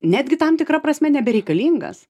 netgi tam tikra prasme nebereikalingas